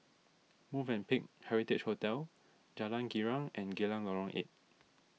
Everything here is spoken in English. Movenpick Heritage Hotel Jalan Girang and Geylang Lorong eight